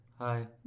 hi